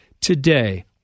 Today